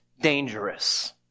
dangerous